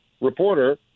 reporter